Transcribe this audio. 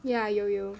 ya 有有